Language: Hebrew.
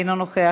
אינו נוכח,